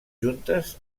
juntes